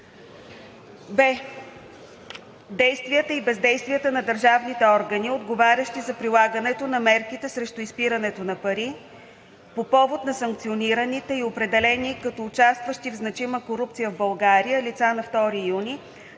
„б) действията и бездействията на държавните органи, отговарящи за прилагането на мерките срещу изпирането на пари по повод на санкционираните и определени като участващи в значима корупция в България лица на 2 юни